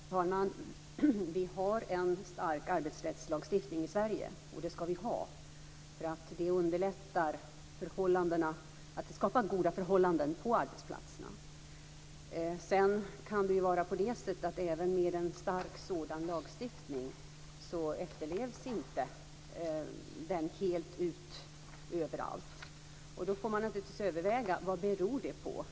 Fru talman! Vi har en stark arbetsrättslagstiftning i Sverige. Det ska vi ha. Det underlättar att skapa goda förhållanden på arbetsplatserna. Även med en stark sådan lagstiftning efterlevs den inte helt ut överallt. Då får man naturligtvis överväga vad det beror på.